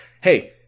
Hey